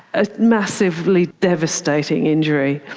a massively devastating injury.